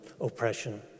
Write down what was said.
oppression